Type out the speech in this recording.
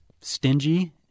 stingy